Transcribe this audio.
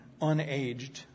unaged